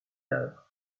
leurre